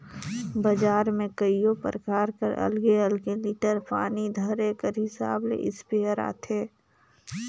बजार में कइयो परकार कर अलगे अलगे लीटर पानी धरे कर हिसाब ले इस्पेयर आथे